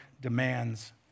Demands